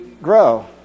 grow